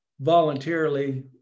voluntarily